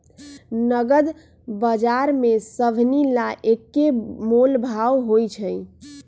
नगद बजार में सभनि ला एक्के मोलभाव होई छई